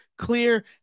clear